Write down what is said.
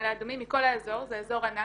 מעלה אדומים, מכל האזור, זה אזור ענק.